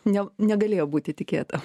ne negalėjo būti tikėta